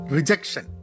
Rejection